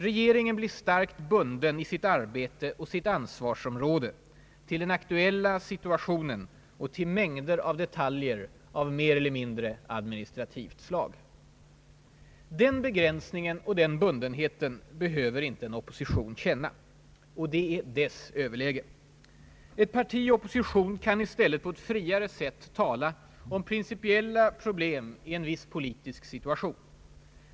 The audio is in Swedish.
Regeringen blir starkt bunden i sitt arbete och sitt ansvarsområde till den aktuella situationen och till mängder av detaljer av mer eller mindre administrativt slag. Den begränsningen och den bundenheten behöver inte en opposition känna. Det är dess överläge. Ett parti i opposition kan i stället på ett friare sätt tala om principiella problem i en viss politisk situation.